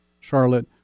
Charlotte